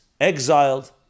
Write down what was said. exiled